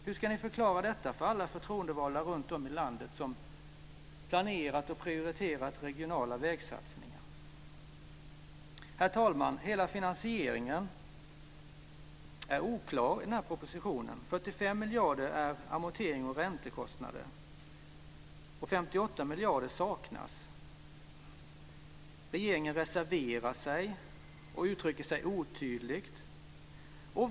Hur ska ni förklara detta för alla förtroendevalda runtom i landet som planerat och prioriterat regionala vägsatsningar? Herr talman! Hela finansieringen är oklar i propositionen. 45 miljarder utgör amortering och räntekostnader, och 58 miljarder saknas. Regeringen reserverar sig och uttrycker sig otydligt.